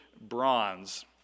bronze